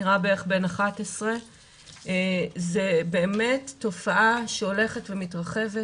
נראה בערך בן 11. זו באמת תופעה שהולכת ומתרחבת.